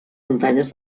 muntanyes